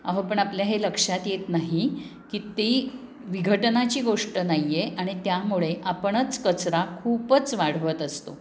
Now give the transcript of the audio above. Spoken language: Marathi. अहो पण आपल्या हे लक्षात येत नाही की ती विघटनाची गोष्ट नाही आहे आणि त्यामुळे आपणच कचरा खूपच वाढवत असतो